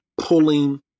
pulling